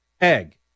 egg